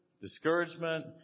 discouragement